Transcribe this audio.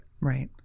right